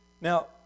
Now